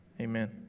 Amen